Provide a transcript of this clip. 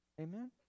Amen